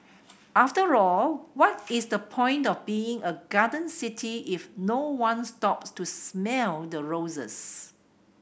after all what is the point of being a garden city if no one stops to smell the roses